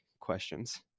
questions